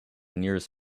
nearest